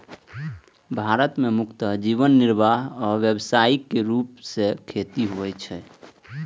भारत मे मुख्यतः जीवन निर्वाह आ व्यावसायिक रूप सं खेती होइ छै